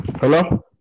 Hello